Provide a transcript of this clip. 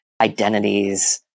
identities